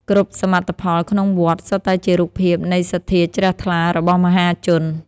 គ្រប់សមិទ្ធផលក្នុងវត្ត សុទ្ធតែជារូបភាពនៃសទ្ធាជ្រះថ្លារបស់មហាជន។